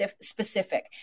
specific